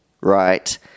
right